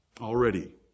already